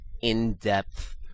in-depth